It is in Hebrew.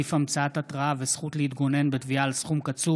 (תחליף המצאת התראה וזכות להתגונן בתביעה על סכום קצוב),